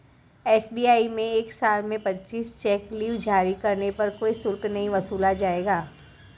SBI में एक साल में पच्चीस चेक लीव जारी करने पर कोई शुल्क नहीं वसूला जाएगा